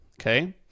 Okay